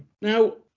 Now